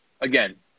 Again